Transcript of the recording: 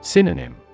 Synonym